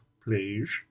please